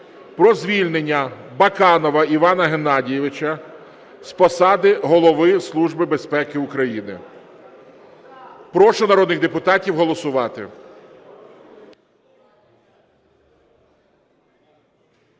про звільнення Баканова Івана Геннадійовича з посади Голови Служби безпеки України. Прошу народних депутатів голосувати.